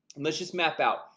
and let's just map out.